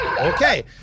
okay